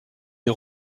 des